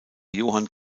johann